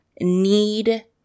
need